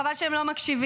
חבל שהם לא מקשיבים.